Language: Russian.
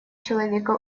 человека